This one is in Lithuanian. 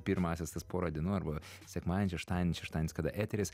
pirmąsias tas pora dienų arba sekmadienį šeštadienį šeštadienis kada eteris